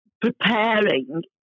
preparing